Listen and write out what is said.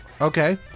Okay